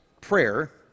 prayer